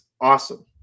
awesome